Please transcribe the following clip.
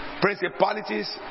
principalities